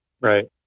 Right